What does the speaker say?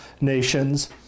nations